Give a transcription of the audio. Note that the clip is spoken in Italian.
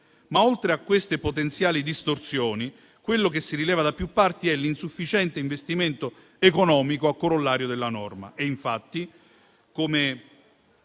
Oltre a queste potenziali distorsioni, quello che si rileva da più parti è l'insufficiente investimento economico a corollario della norma